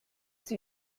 sie